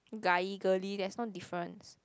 guy girly there's no difference